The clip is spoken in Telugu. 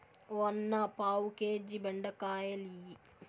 ఓ అన్నా, పావు కేజీ బెండకాయలియ్యి